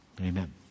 Amen